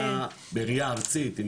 בראייה ארצית,